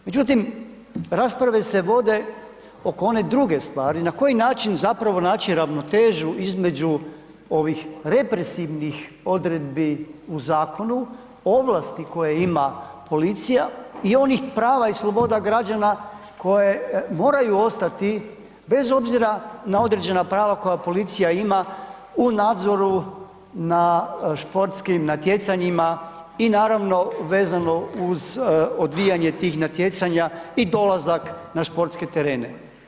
Međutim rasprave se vode oko one druge stvari, na koji način zapravo naći ravnotežu između ovih represivnih odredbi u zakonu, ovlasti koje ima policija i onih prava i sloboda građana koje moraju ostati bez obzira na određena prava koja policija ima u nadzoru na športskim natjecanjima i naravno vezano uz odvijanje tih natjecanja i dolazak na športske terene.